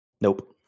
Nope